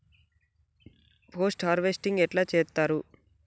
Post harvesting ఎట్ల చేత్తరు?